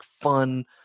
fun